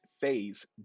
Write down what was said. phase